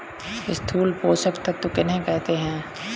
स्थूल पोषक तत्व किन्हें कहते हैं?